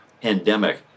pandemic